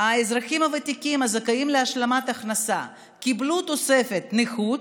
זה שהאזרחים הוותיקים הזכאים להשלמת הכנסה קיבלו תוספת נכות,